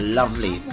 lovely